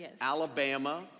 Alabama